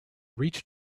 reached